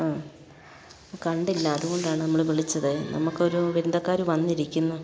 ആ കണ്ടില്ല അതുകൊണ്ടാണ് നമ്മൾ വിളിച്ചതെ നമുക്കൊരു ബന്ധുക്കാർ വന്നിരിക്കുന്നു